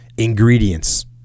ingredients